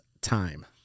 time